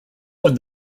when